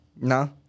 No